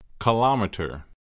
Kilometer